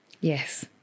Yes